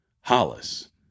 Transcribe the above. Hollis